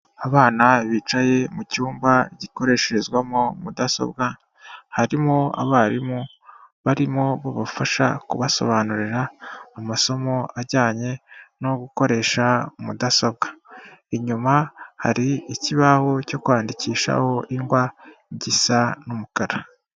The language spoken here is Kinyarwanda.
Abana bicaye mu cyumba gikoreshezwamo mudasobwa harimo abarimu barimo babafasha kubasobanurira mu masomo ajyanye no gukoresha mudasobwa, inyuma hari ikibaho cyo kwandikishaho ingwa gisa n'umukara.